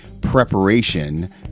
preparation